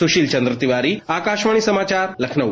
सुशील चन्द्र तिवारी आकाशवाणी समाचार लखनऊ